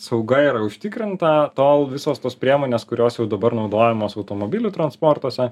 sauga yra užtikrinta tol visos tos priemonės kurios jau dabar naudojamos automobilių transportuose